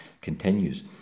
continues